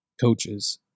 coaches